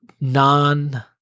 non